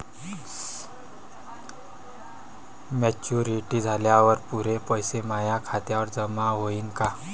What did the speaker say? Maturity झाल्यावर पुरे पैसे माया खात्यावर जमा होईन का?